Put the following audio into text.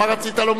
מה רצית לומר?